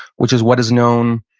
which is what is known,